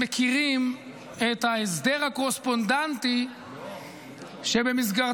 מכירים את ההסדר הקורספונדנטי שבמסגרתו